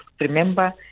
remember